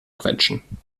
quetschen